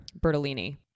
Bertolini